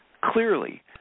clearly